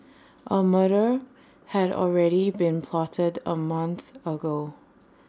A murder had already been plotted A month ago